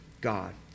God